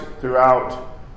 throughout